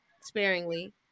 sparingly